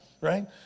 Right